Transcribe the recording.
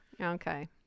okay